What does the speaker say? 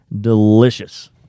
delicious